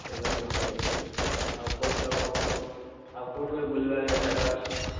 ଠିକ୍ ଅଛି ଠିକ୍ ଅଛି ଆଉ କୁହନ୍ତୁ ଆଉ କଣ କଣ ଆଉ କେଉଁଠି କେଉଁଠି ବୁଲିବା ଜାଗା ଅଛି